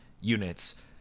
units